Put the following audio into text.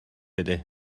ydy